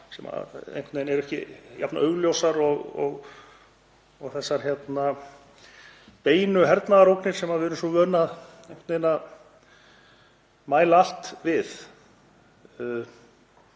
ekki jafn augljósar og þessar beinu hernaðarógnir sem við erum svo vön að mæla allt við.